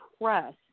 press